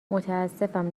متاسفم